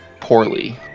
poorly